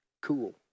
cool